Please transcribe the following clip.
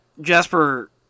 Jasper